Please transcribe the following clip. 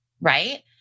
right